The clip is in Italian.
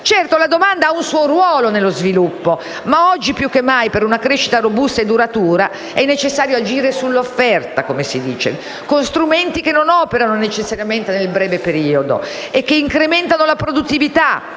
Certo, la domanda ha un suo ruolo nello sviluppo, ma oggi più che mai, per una crescita robusta e duratura, è necessario agire sull'offerta, con strumenti che non operano necessariamente nel breve periodo e che incrementano la produttività,